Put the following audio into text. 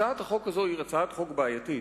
הצעת החוק הזאת היא הצעת חוק בעייתית,